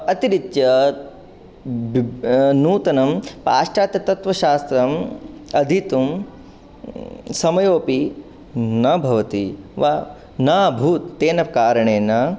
अतिरिच्य नूतनं पाश्चात्यतत्त्वशास्त्रम् अधीतुं समयोपि न भवति वा न अभूत् तेन कारणेन